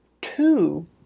two